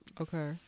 okay